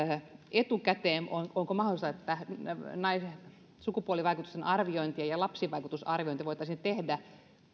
etukäteen onko mahdollista että sukupuolivaikutusten arviointia ja lapsivaikutusarviointia voitaisiin tehdä